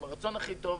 עם הרצון הכי טוב.